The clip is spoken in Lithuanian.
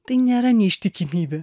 tai nėra neištikimybė